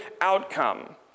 outcome